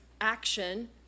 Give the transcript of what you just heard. Action